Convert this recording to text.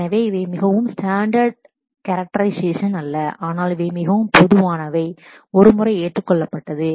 எனவே இவை மிகவும் ஸ்டாண்டர்ட் கேரக்டரைசேஷன் standard characterization அல்ல ஆனால் இவை மிகவும் பொதுவானவை ஒரு முறை ஏற்றுக்கொள்ளப்பட்டது